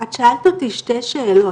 את שאלת אותי שתי שאלות.